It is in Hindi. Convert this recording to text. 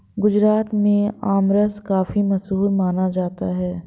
गुजरात में आमरस काफी मशहूर माना जाता है